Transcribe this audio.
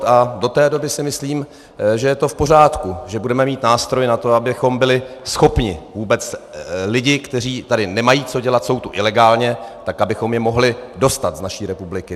A do té doby si myslím, že je to v pořádku, že budeme mít nástroj na to, abychom byli schopni vůbec lidi, kteří tady nemají co dělat, jsou tu ilegálně, tak abychom je mohli dostat z naší republiky.